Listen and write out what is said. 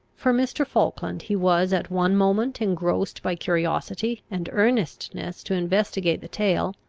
for mr. falkland, he was at one moment engrossed by curiosity and earnestness to investigate the tale,